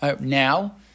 now